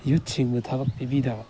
ꯌꯨꯠꯁꯤꯡꯗ ꯊꯕꯛ ꯄꯤꯕꯤꯗꯕ